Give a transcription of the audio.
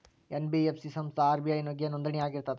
NBF ಸಂಸ್ಥಾ RBI ಗೆ ನೋಂದಣಿ ಆಗಿರ್ತದಾ?